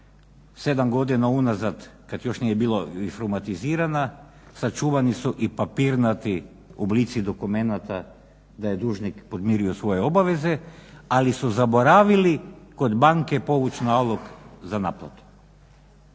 7 godina unazad kada još nije bila informatizirana sačuvani su i papirnati oblici dokumenta da je dužnik podmirio svoje obaveze ali su zaboravili kod banke povući nalog za naplatu.